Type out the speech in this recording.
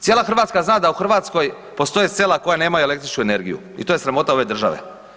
Cijela Hrvatska zna da u Hrvatskoj postoje sela koja nemaju električnu energiju i to je sramota ove države.